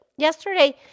Yesterday